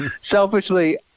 selfishly